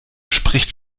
spricht